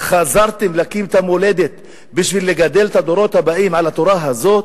חזרתם להקים את המולדת כדי לגדל את הדורות הבאים על התורה הזאת?